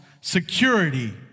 security